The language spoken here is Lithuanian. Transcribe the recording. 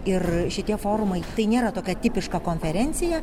ir šitie formai tai nėra tokia tipiška konferencija